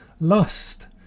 Lust